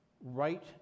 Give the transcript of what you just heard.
right